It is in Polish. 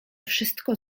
wszystko